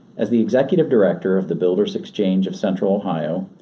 as the executive director of the builders exchange of central ohio,